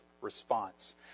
response